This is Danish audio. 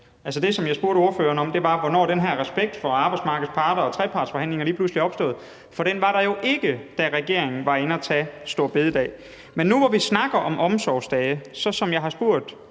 som jeg spurgte ordføreren om, var, hvornår den her respekt for arbejdsmarkedets parter og trepartsforhandlinger lige pludselig er opstået, for den var der jo ikke, da regeringen var inde at tage store bededag. Men nu, hvor vi snakker om omsorgsdage, vil jeg sige